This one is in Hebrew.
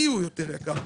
לי הוא יותר יקר.